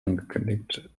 angekündigt